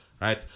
Right